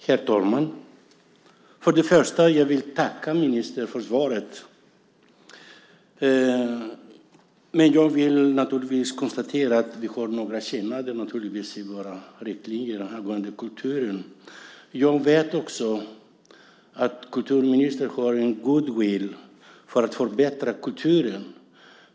Herr talman! Först vill jag tacka ministern för svaret. Jag konstaterar att det naturligtvis finns några skillnader i våra riktlinjer angående kulturen. Jag vet att kulturministern ser en goodwill i att förbättra kulturen.